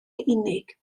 unig